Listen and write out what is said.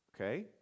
Okay